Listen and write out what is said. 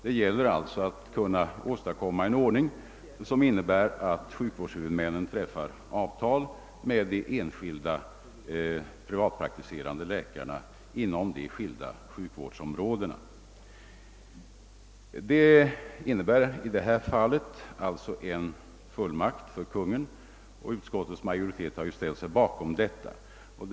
Det gäller alltså att åstadkomma en ordning som innebär att sjukvårdshuvudmännen träffar avtal med de enskilda privatpraktiserande läkarna inom skilda sjukvårdsområden. Utskottets majoritet har ställt sig bakom förslaget om en fullmakt för Kungl. Maj:t i detta avseende.